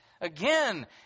Again